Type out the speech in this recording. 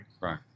Right